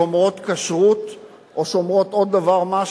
שומרות כשרות או שומרות עוד דבר מה,